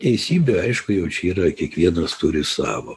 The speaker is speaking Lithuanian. teisybė aišku jau čia yra kiekvienas turi savo